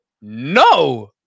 no